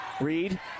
Reed